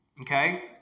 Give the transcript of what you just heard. Okay